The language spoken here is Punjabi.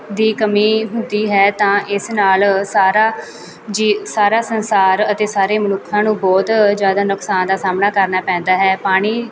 ਦੀ ਕਮੀ ਹੁੰਦੀ ਹੈ ਤਾਂ ਇਸ ਨਾਲ ਸਾਰਾ ਜੇ ਸਾਰਾ ਸੰਸਾਰ ਅਤੇ ਸਾਰੇ ਮਨੁੱਖਾਂ ਨੂੰ ਬਹੁਤ ਜ਼ਿਆਦਾ ਨੁਕਸਾਨ ਦਾ ਸਾਹਮਣਾ ਕਰਨਾ ਪੈਂਦਾ ਹੈ ਪਾਣੀ